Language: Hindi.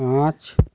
पाँच